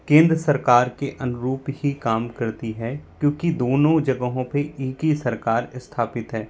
केंद्र सरकार के अनुरूप ही काम करती है क्योंकि दोनों जगहों पे एक ही सरकार स्थापित है